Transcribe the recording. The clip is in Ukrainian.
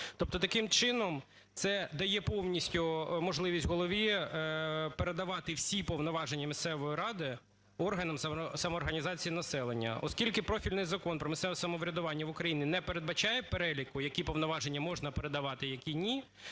Тобто таким чином це дає повністю можливість голові передавати всі повноваження місцевої ради органам самоорганізації населення. Оскільки профільний Закон "Про місцеве самоврядування в Україні" не передбачає перелік, які повноваження можна передавати, а які ні,